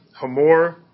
Hamor